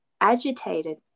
agitated